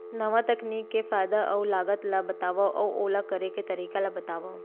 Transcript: नवा तकनीक के फायदा अऊ लागत ला बतावव अऊ ओला करे के तरीका ला बतावव?